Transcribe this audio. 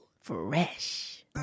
Fresh